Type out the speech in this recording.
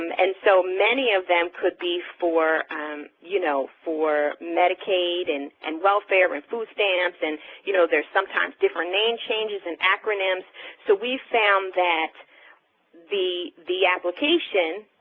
um and so many of them could be for you know, for medicaid and and welfare and food stamps, and you know, there's sometimes different name changes and acronyms so we've found that the the application,